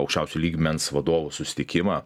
aukščiausio lygmens vadovų susitikimą